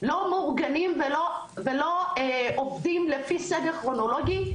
לא מאורגנים ולא עובדים לפי סדר כרונולוגי,